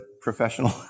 professional